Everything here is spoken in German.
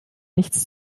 nichts